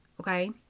Okay